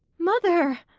mother!